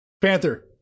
Panther